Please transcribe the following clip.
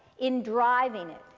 in driving it,